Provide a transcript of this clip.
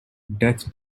death